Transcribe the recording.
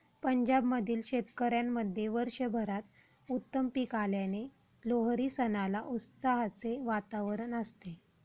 पंजाब मधील शेतकऱ्यांमध्ये वर्षभरात उत्तम पीक आल्याने लोहरी सणाला उत्साहाचे वातावरण असते